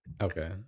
Okay